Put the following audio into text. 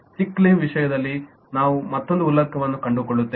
ಸಿಕ್ leave ವಿಷಯದಲ್ಲಿ ನಾವು ಮತ್ತೊಂದು ಉಲ್ಲೇಖವನ್ನು ಕಂಡುಕೊಳ್ಳುತ್ತೇವೆ